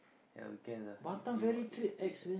ya weekends ah if if if